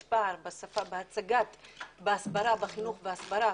יש פער בהסברה בחינוך, בהסברה